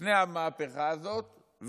לפני המהפכה הזאת,